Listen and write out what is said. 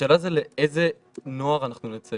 השאלה זה לאיזה נוער אנחנו נצא